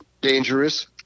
dangerous